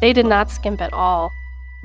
they did not skimp at all